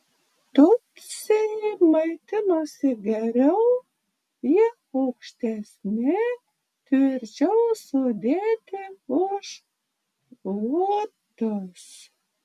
tutsiai maitinosi geriau jie aukštesni tvirčiau sudėti už hutus